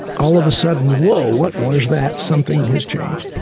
all of a sudden, whoa, what was that? something has changed.